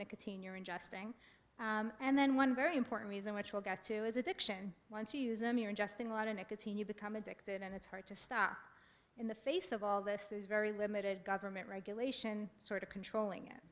nicotine you're ingesting and then one very important reason which we'll get to is addiction once you use a mirror ingesting lot of nicotine you become addicted and it's hard to stop in the face of all this is very limited government regulation sort of controlling it